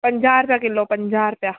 पंजाह रुपए किलो पंजाह रुपया